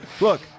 look